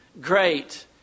great